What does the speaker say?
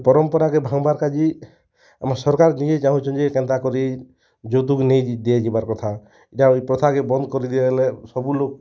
ପରମ୍ପରାକେ ଭାଙ୍ଗବାର୍ କା ଯେ ଆମର୍ ସରକାର୍ ନିଜେ ଚାହ୍ନୁଁଛନ୍ତି ଯେ କେନ୍ତା କରି ଯୌତୁକ୍ ନାଇ ଦିଆଯିବାର୍ କଥା ଇ'ଟା ଇ ପ୍ରଥାକେ ବନ୍ଦ୍ କରିଦିଆ ହେଲେ ସବୁ ଲୋକ୍